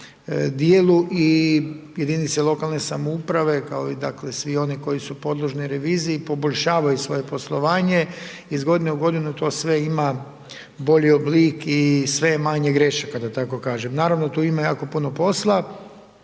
i jedinice lokalne samouprave kao i dakle, siv oni koji su podložni reviziji, poboljšavaju svoje poslovanje, iz godine u godinu to sve ima bolji oblik i sve je manje grešaka, da tako kažem. Naravno tu ima jako puno posla